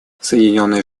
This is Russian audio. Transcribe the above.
соединенные